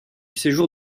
séjour